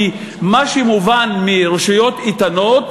כי מה שמובן מ"רשויות איתנות",